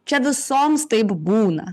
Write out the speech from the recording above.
čia visoms taip būna